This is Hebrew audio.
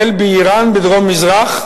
החל באירן בדרום-מזרח,